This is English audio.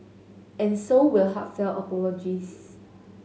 and so were heartfelt apologies